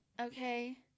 okay